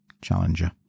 Challenger